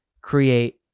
create